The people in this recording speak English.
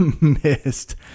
missed